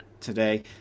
today